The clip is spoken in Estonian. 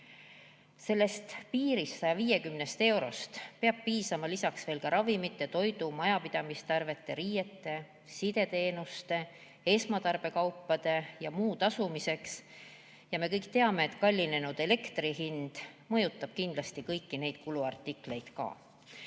Sellest 150 eurost peab piisama ravimite, toidu, majapidamistarvete, riiete, sideteenuste, esmatarbekaupade ja muu eest tasumiseks. Me kõik teame, et kallinenud elekter mõjutab kindlasti kõiki neid kuluartikleid.